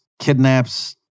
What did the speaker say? kidnaps